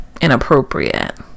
inappropriate